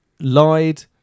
Lied